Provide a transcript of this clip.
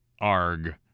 ARG